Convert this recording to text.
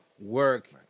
work